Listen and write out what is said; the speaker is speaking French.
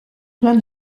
plein